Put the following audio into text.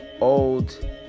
old